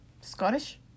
Scottish